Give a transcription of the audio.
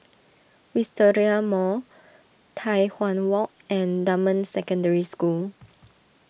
Wisteria Mall Tai Hwan Walk and Dunman Secondary School